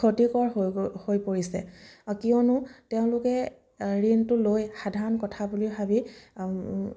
ক্ষতিকৰ হৈ পৰিছে কিয়নো তেওঁলোকে ঋণটো লৈ সাধাৰণ কথা বুলি ভাবি